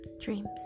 Dreams